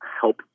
help